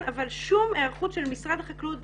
אני לא רואה שום היערכות של משרד החקלאות.